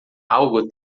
algo